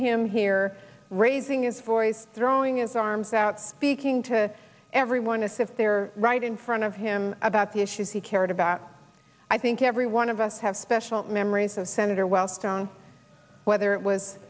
him here raising his for ease throwing his arms out speaking to everyone to see if they're right in front of him about the issues he cared about i think every one of us have special memories of senator wellstone whether it was